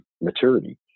maturity